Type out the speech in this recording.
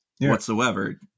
whatsoever